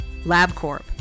LabCorp